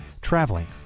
traveling